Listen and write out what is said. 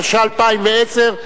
התשע"א 2010,